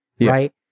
right